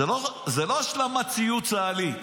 זה לא השלמת ציוד צה"לית.